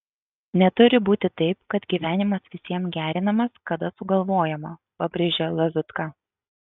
neturi būti taip kad gyvenimas visiems gerinamas kada sugalvojama pabrėžia lazutka